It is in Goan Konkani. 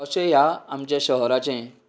अश्या ह्या आमचे शहराचे